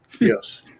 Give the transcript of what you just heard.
Yes